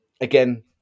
again